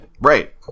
Right